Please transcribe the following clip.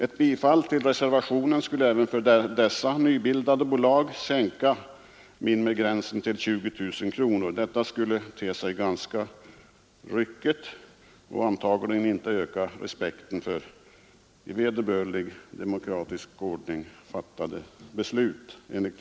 Ett bifall till reservationen skulle även för dessa nybildade bolag sänka minimigränsen till 20 000 kronor. Detta skulle te sig ganska ryckigt och antagligen inte öka respekten för i vederbörlig demokratisk ordning fattade beslut.